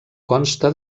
consta